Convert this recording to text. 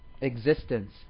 existence